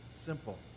simple